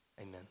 amen